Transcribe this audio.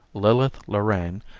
lillith lorraine,